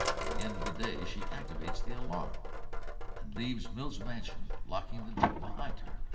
at the end of the day, she activates the alarm and leaves mills mansion, locking the door behind her.